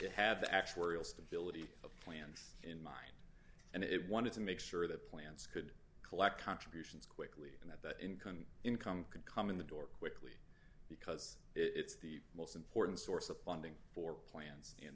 to have the actuarial stability of plans in mind and it wanted to make sure that plans to collect contributions and that that income income could come in the door quickly because it's the most important source of funding for plans in